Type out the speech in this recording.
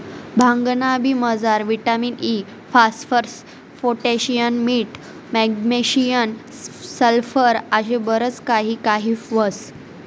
भांगना बी मजार विटामिन इ, फास्फरस, पोटॅशियम, मीठ, मॅग्नेशियम, सल्फर आशे बरच काही काही ह्रास